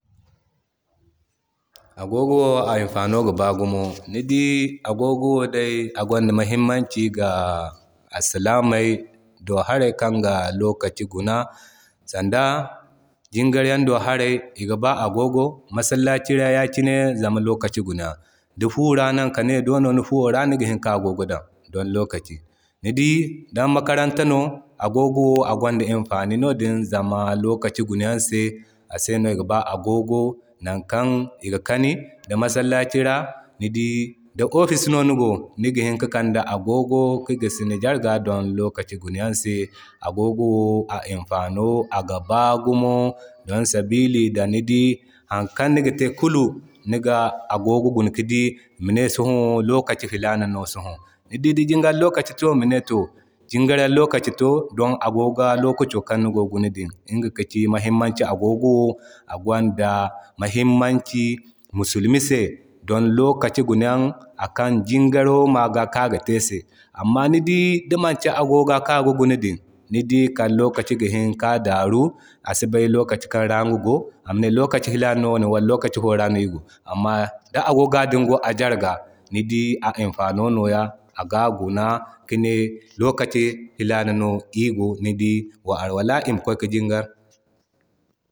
Agogo a imfano gi ba gumo. Ni dii agogo wo day agwanda muhimmanci alsilamey do hara kaŋ ga lokaci guna. Sanda jingari do hara iga ba agogo masallaci ra yakine iga ba agogo zama lokaci guna Yan. Dii fura nankanay do no niga hini ka agogo dan, don lokaci. Ni dii dan makaranta no agogo agwanda imfani no din zama lokaci guna Yan se ase no iga ba agogo nan kan iga kani di masallaci ra. Ni dii ofis ra no ni go niga hini ki kande agogo ki gisi ni gyara ga don lokaci guna yan se. Agogo a imfano aga ba gumo, don sabili da ni dii har kan niga te kulu niga agogo guna ki dii mine ne Soho lokaci filana no soso. Ni di da jingari lokaci to mine to jingari lokaci to don agoga lokaci kan nigogi guna din din. Iŋga ka ci mahimmanci agogo agwanda muhimmanci musulmi se don lokaci guna yaŋ akan jingaro maga kan aga te se. Amma ni dii dimanki agoga kan aga guna din ni dii kal lokaci ga hini ka daaru asi bay lokaci kanra iga go, amane lokaci filana no wone wala lokaci fo ra no iri go. Amma da agoga din go a garaga ni di a imfano no ya, aga guna kine lokaci filana no iri go ni dii wa alwala iri ma kway ki jingar.